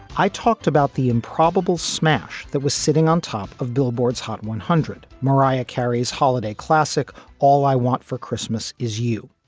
i talked about the improbable smash that was sitting on top of billboard's hot one hundred point mariah carey's holiday classic all i want for christmas is you.